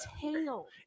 tail